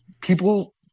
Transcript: people